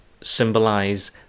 symbolize